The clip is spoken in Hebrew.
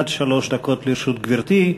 עד שלוש דקות לרשות גברתי.